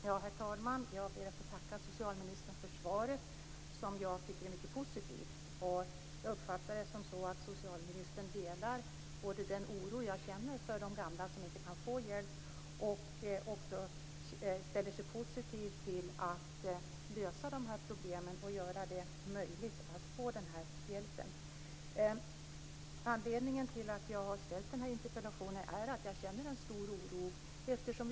Herr talman! Jag tackar socialministern för svaret som jag tycker är mycket positivt. Jag uppfattar det som att socialministern både delar den oro jag känner för de gamla som inte kan få hjälp och ställer sig positiv till att lösa problemen och göra det möjligt att få den här hjälpen. Anledningen till att jag har ställt interpellationen är att jag känner stor oro.